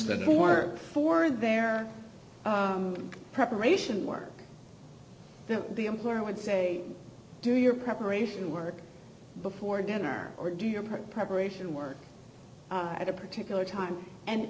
that who work for their preparation work that the employer would say do your preparation work before dinner or do your preparation work at a particular time and